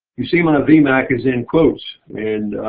you see my v. mac is in quotes, and